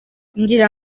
ngira